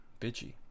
bitchy